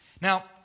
Now